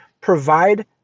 provide